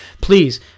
Please